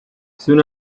soon